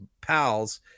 pals